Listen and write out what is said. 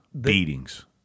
Beatings